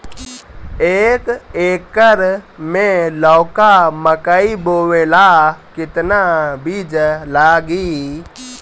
एक एकर मे लौका मकई बोवे ला कितना बिज लागी?